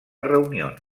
reunions